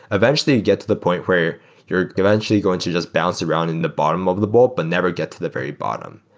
eventually, you'll get to the point where you're eventually going to just bounce around in the bottom of the bowl, but never get to the very bottom.